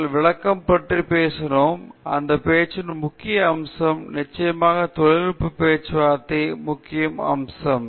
நாங்கள் விளக்கம் பற்றி பேசினோம் எந்த பேச்சின் முக்கிய அம்சம் நிச்சயமாக தொழில்நுட்ப பேச்சுவார்த்தைகளின் முக்கிய அம்சம்